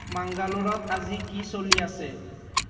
মাংগালোৰত আজি কি চলি আছে